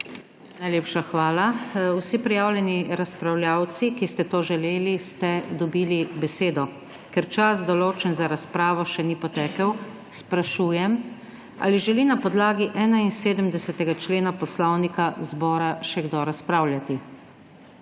KRIVEC:** Hvala. Vsi prijavljeni razpravljavci, ki ste to želeli, ste dobili besedo. Ker čas, določen za razpravo, še ni potekel, sprašujem, ali želi na podlagi 71. člena Poslovnika Državnega zbora še kdo razpravljati.